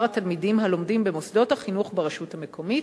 התלמידים הלומדים במוסדות החינוך ברשות המקומית,